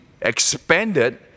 expanded